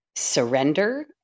Surrender